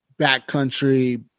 backcountry